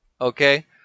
Okay